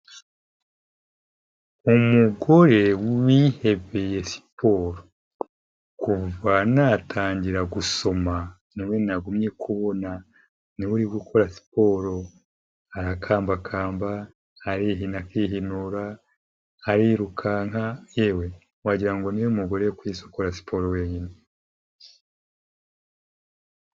Umugore wihebeye siporo. Kuva natangira gusoma ni we nagumye kubona, ni we uri gukora siporo, arakambakamba, arihina akihinura, arirukanka, yewe wagira ngo ni we mugore ku isi ukora siporo wenyine.